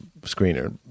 screener